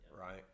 right